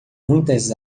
muitas